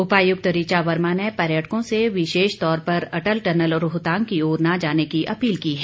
उपायुक्त ऋचा वर्मा ने पर्यटकों से विशेष तौर पर अटल टनल रोहतांग की ओर न जाने की अपील की है